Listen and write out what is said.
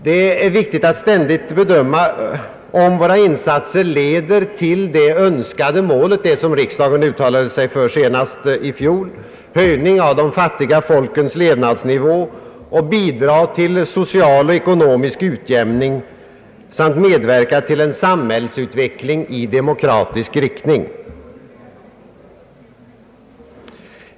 Det är viktigt att ständigt bedöma om våra insatser leder till det önskade målet, som riksdagen uttalade sig för senast i fjol — att höja de fattiga folkens levnadsnivå, bidra till social och ekonomisk utjämning samt medverka till en samhällsutveckling i demokratisk riktning.